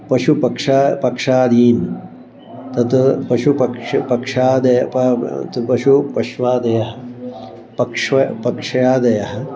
पशुः पक्षा पक्षादीनां तत् पशुः पक्ष पक्षादयः प पशु पश्वादयः पक्ष्व पक्षादयः